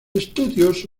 estudios